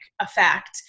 effect